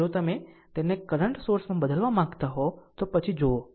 જો તમે તેને કરંટ સોર્સમાં બદલવા માંગતા હો તો પછી જોશે